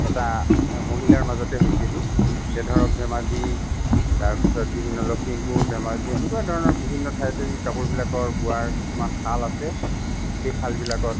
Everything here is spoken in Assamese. এটা মহিলাৰ মাজতে হৈছে এইটো এতিয়া ধৰক ধেমাজি তাৰ পিছত বিভিন্ন লখিমপুৰ ধেমাজি এনেকুৱা ধৰণৰ বিভিন্ন ঠাইত এই কাপোৰবোৰ বিলাকৰ বোৱাৰ কিছুমান শাল আছে সেই শালবিলাকত